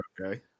Okay